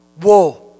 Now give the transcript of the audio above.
whoa